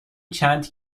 چند